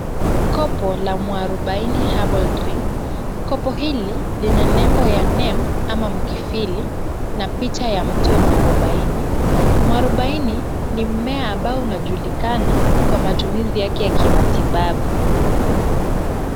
Kopo la mwarubaini herbal drink. Kopo hili lina nembo ya Neem ama mkifili na picha ya mti wa mwarubaini. Mwarubaini ni mmea ambao unajulikana kwa matumizi yake ya kimatibabu.